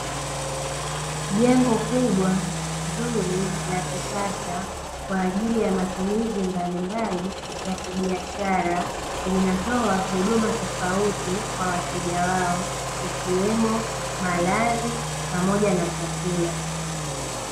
Jengo kubwa, zuri la kisasa kwaajili ya matumizi mbalimbali ya kibiashara, linatoa huduma tofauti kwa wateja wao ikiwemo malazi pamoja na chakula.